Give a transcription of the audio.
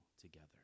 together